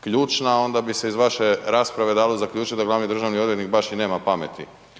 ključna, onda bi se iz vaše rasprave dalo zaključiti da glavni državni odvjetnik baš i nema pameti.